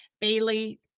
Bailey